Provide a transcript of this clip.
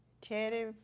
Teddy